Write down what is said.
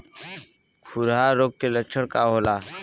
खुरहा रोग के लक्षण का होला?